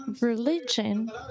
Religion